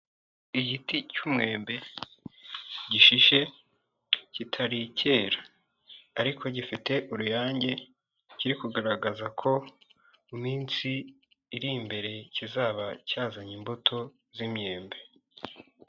Igiti cy'umwembe, gishishe kitarikera, ariko gifite uruyange kiri kugaragaza ko mu minsi iri imbere kizaba cyazanye imbuto z'imyembe.